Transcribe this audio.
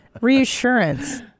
reassurance